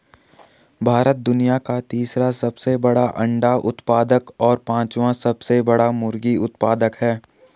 भारत दुनिया का तीसरा सबसे बड़ा अंडा उत्पादक और पांचवां सबसे बड़ा मुर्गी उत्पादक है